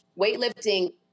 weightlifting